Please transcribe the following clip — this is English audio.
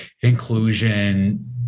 inclusion